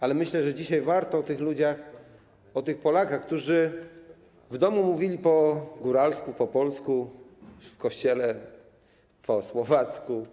Ale myślę, że dzisiaj warto pamiętać o tych ludziach, o tych Polakach, którzy w domu mówili po góralsku, po polsku, w kościele po słowacku.